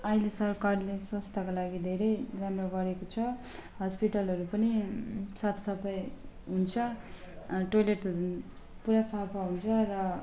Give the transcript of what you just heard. आहिले सरकारले स्वास्थ्यको लागि धेरै राम्रो गरेको छ हस्पिटलहरू पनि साफ सफाई हुन्छ टोइलेटहरू पुरा सफा हुन्छ र